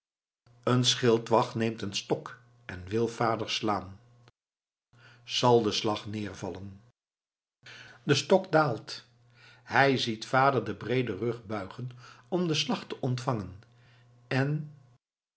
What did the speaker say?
een schildwacht neemt een stok en wil vader slaan zal de slag neervallen de stok daalt hij ziet vader den breeden rug buigen om den slag te ontvangen en